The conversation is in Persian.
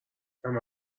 همه